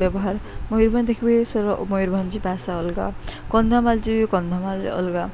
ବ୍ୟବହାର ମୟୁରଭଞ ଦେଖିବେ ସେ ମୟୂୁରଭଞ୍ଜି ଭାଷା ଅଲଗା କନ୍ଧମାଲ୍ ଯିବେ କନ୍ଧମାଲ୍ରେ ଅଲଗା